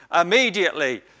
immediately